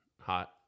hot